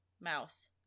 mouse